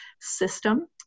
system